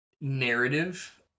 narrative